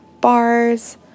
bars